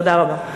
תודה רבה.